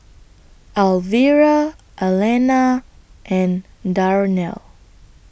Alvira Allena and Darnell